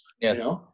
Yes